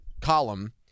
column